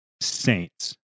saints